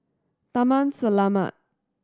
Taman Selamat